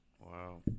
Wow